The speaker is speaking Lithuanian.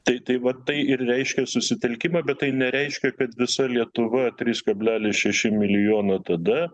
tai tai va tai ir reiškė susitelkimą bet tai nereiškia kad visa lietuva tris kablelis šeši milijono tada